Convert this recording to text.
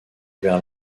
vers